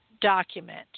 document